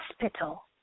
hospital